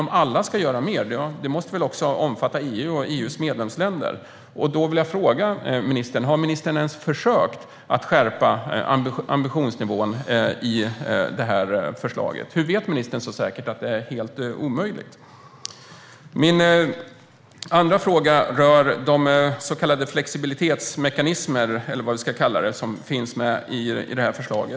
Om alla ska göra mer måste det väl omfatta även EU och EU:s medlemsländer? Då vill jag fråga: Har ministern ens försökt skärpa ambitionsnivån i det här förslaget? Hur vet ministern så säkert att det är helt omöjligt? Min andra fråga rör de så kallade flexibilitetsmekanismer som finns med i förslaget.